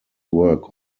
work